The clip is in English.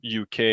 UK